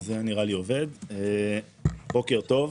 בוקר טוב.